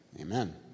Amen